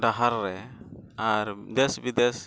ᱰᱟᱦᱟᱨ ᱨᱮ ᱟᱨ ᱫᱮᱹᱥᱼᱵᱤᱫᱮᱹᱥ